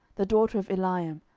the daughter of eliam,